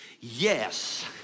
yes